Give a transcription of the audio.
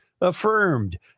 affirmed